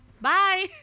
bye